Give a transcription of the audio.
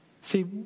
see